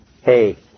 hey